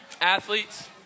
Athletes